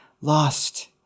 lost